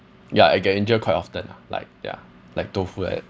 ya I get injured quite often lah like ya like tofu like that